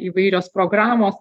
įvairios programos